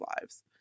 lives